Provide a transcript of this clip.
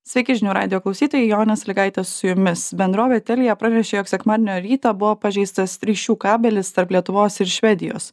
sveiki žinių radijo klausytojai jonė sąlygaitė su jumis bendrovė telia pranešė jog sekmadienio rytą buvo pažeistas ryšių kabelis tarp lietuvos ir švedijos